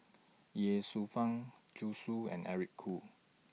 Ye Shufang Zhu Xu and Eric Khoo